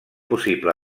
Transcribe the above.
possible